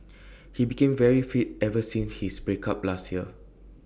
he became very fit ever since his break up last year